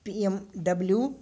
BMW